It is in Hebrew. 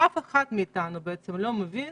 ואף אחד מאתנו בעצם לא מבין